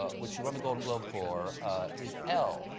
ah which you won the golden globe for is elle,